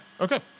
Okay